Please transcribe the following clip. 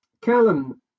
Callum